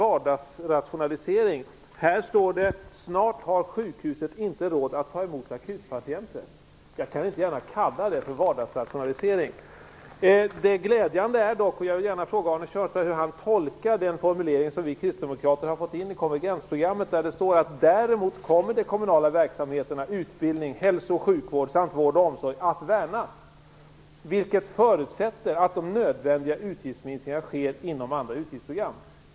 Aftonbladet står det att sjukhuset snart inte har råd att ta emot akutpatienter. Jag kan inte gärna kalla det för vardagsrationalisering. Jag vill gärna fråga Arne Kjörnsberg hur han tolkar den formulering som vi kristdemokrater glädjande nog har fått in i konvergensprogrammet, där det står att de kommunala verksamheterna - utbildning, hälsooch sjukvård samt vård och omsorg - däremot kommer att värnas, vilket förutsätter att de nödvändiga utgiftsminskningarna sker inom andra utgiftsprogram.